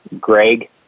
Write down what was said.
Greg